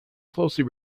closely